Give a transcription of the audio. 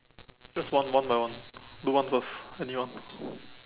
just one one by one do one first anyone